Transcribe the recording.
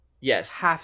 Yes